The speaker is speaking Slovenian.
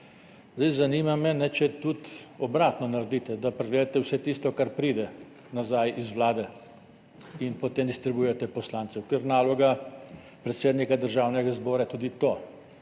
Zanima me, če tudi obratno naredite, da pregledate vse tisto, kar pride nazaj z Vlade in potem distribuirate poslancem. Ker naloga predsednika Državnega zbora je tudi to,